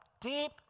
deep